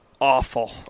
awful